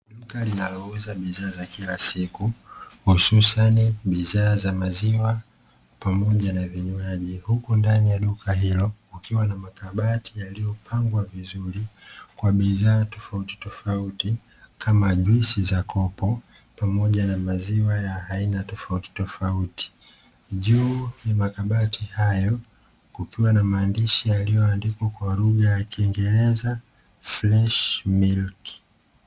Duka linaloza bidhaa za kila siku, hususani bidhaa za maziwa pamoja na vinywanji. Huku ndani ya duka hilo, kukiwa na makabati yaliyopangwa vizuri, kwa bidhaa tofautitofauti, kama juisi za kopo, pamoja na maziwa ya aina tofautitofauti. Juu ya makabati hayo, kukiwa na maandishi yaliyoandikwa kwa lugha ya kingereza "fresh milk".